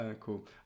Cool